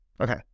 Okay